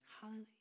Hallelujah